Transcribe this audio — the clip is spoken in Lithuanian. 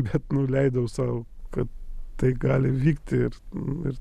bet nu leidau sau kad tai gali vykti ir ir